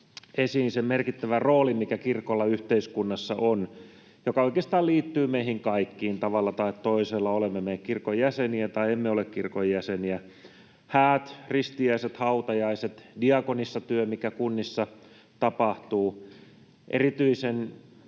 esiin sen merkittävän roolin, mikä kirkolla yhteiskunnassa on ja joka oikeastaan liittyy meihin kaikkiin tavalla tai toisella, olemme me kirkon jäseniä tai emme ole kirkon jäseniä: häät, ristiäiset, hautajaiset, diakonissatyö, mikä kunnissa tapahtuu. Erityisen